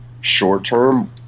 short-term